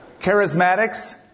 Charismatics